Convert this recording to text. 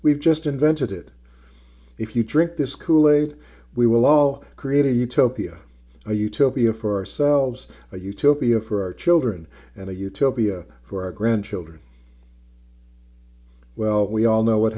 we've just invented it if you drink this kool aid we will all create a utopia a utopia for ourselves a utopia for our children and a utopia for our grandchildren well we all know what